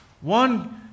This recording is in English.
One